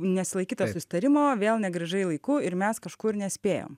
nesilaikyta susitarimo vėl negrįžai laiku ir mes kažkur nespėjom